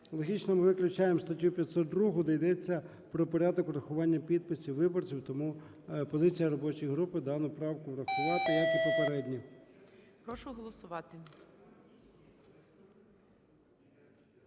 логічно ми виключаємо статтю 502-у, де йдеться про порядок врахування підписів виборців. Тому позиція робочої групи - дану правку врахувати, як і попередню.